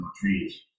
trees